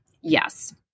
yes